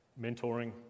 mentoring